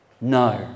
no